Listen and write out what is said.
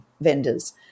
vendors